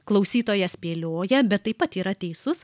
klausytojas spėlioja bet taip pat yra teisus